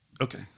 okay